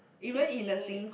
keep seeing it